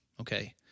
Okay